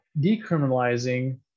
decriminalizing